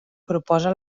proposa